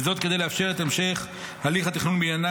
וזאת כדי לאפשר את המשך הליך התכנון בעניינן